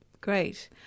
Great